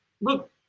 look